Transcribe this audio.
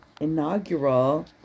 inaugural